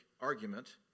Argument